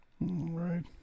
right